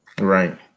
right